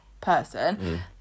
person